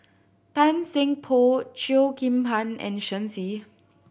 Tan Seng Poh Cheo Kim Ban and Shen Xi